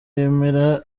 yemera